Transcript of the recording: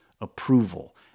approval